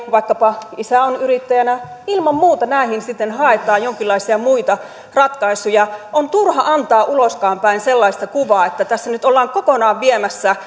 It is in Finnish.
vaikkapa isä on yrittäjänä ilman muuta näihin sitten haetaan jonkinlaisia muita ratkaisuja on turha antaa uloskaanpäin sellaista kuvaa että tässä nyt ollaan kokonaan viemässä